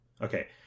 okay